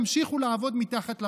ימשיכו לעבוד מתחת לרדאר,